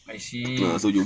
I see